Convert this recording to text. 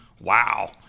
wow